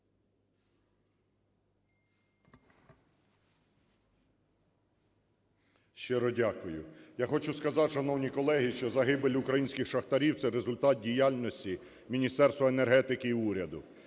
Щиро дякую. Я хочу сказати, шановні колеги, що загибель українських шахтарів – це результат діяльності Міністерства енергетики і уряду.